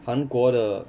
韩国的